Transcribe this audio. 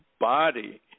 body